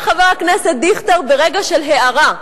אומר חבר הכנסת דיכטר ברגע של הארה: